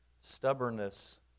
stubbornness